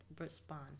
respond